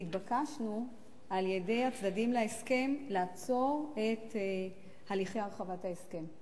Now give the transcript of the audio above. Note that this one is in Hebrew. נתבקשנו על-ידי הצדדים להסכם לעצור את הליכי הרחבת ההסכם.